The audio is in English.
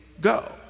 go